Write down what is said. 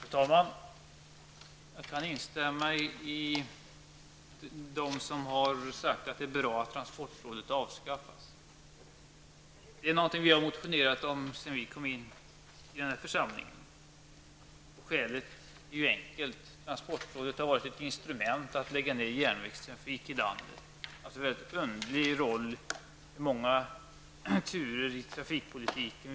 Fru talman! Jag kan instämma i uttalandena om att det är bra att transportrådet avskaffas. Det är någonting vi i miljöpartiet har motionerat om sedan vi kom in i den här församlingen. Skälet är ju enkelt: Transportrådet har varit ett instrument för nedläggning av järnvägstrafik i landet. Rådet har haft en mycket underlig roll och stått för många turer i trafikpolitiken.